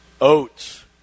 oats